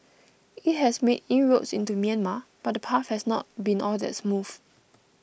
it has made inroads into Myanmar but the path has not been all that smooth